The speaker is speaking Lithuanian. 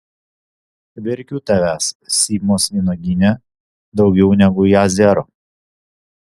verkiu tavęs sibmos vynuogyne daugiau negu jazero